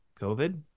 COVID